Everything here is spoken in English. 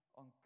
on